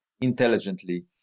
intelligently